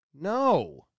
No